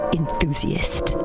enthusiast